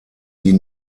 die